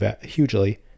hugely